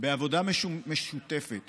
בעבודה משותפת